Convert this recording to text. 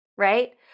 right